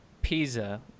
PISA